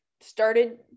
started